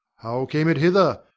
how came it hither?